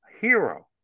hero